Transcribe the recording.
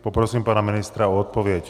Poprosím pana ministra o odpověď.